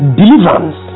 deliverance